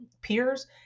peers